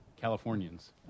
Californians